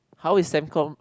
how is Sem Corp